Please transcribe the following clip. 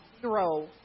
zero